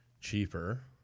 cheaper